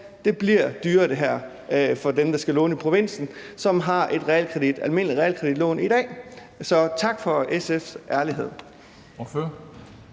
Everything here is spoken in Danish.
her bliver dyrere for dem, der skal låne i provinsen, og som i dag har et almindeligt realkreditlån. Så tak for SF's ærlighed.